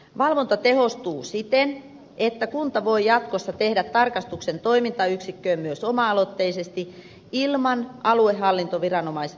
valvonta tehostuu siten että kunta voi jatkossa tehdä tarkastuksen toimintayksikköön myös oma aloitteisesti ilman aluehallintoviraston pyyntöä